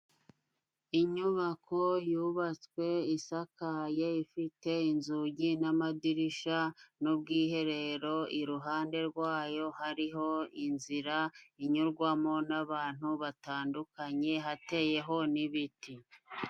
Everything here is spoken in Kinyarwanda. Inyubako yubatswe isakaye ifite inzugi n'amadirisha n'ubwiherero iruhande rwayo hariho inzira inyurwamo n'abantu batandukanye hateyeho n'ibiti